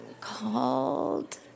called